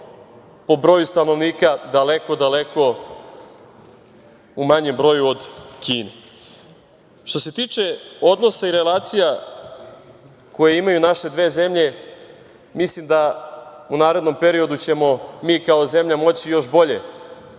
po broju stanovnika daleko, daleko u manjem broju od Kine. Što se tiče odnosa i relacija koje imaju naše dve zemlje, mislim da ćemo u narednom periodu mi kao zemlja moći još bolje